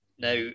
Now